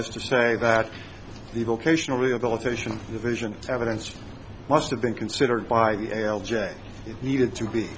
as to say that the vocational rehabilitation division evidence must have been considered by the l j it needed to be